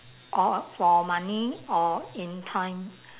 or for money or in time